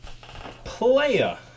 player